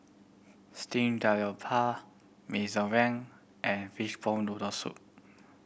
steamed daroupa mee zoreng and fishball noodle soup